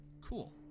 cool